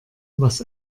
was